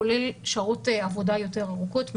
כולל שעות עבודה יותר ארוכות,